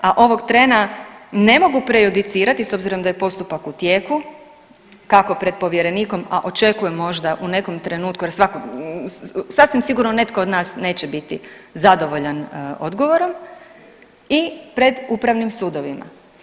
A ovog trena ne mogu prejudicirati s obzirom da je postupak u tijeku kako pred povjerenikom, a očekujem možda u nekom trenutku jer sasvim sigurno netko od nas neće biti zadovoljan odgovorom i pred upravnim sudovima.